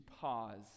pause